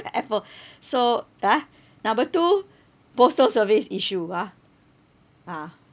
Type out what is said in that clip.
the Apple so the number two postal service issue ah ah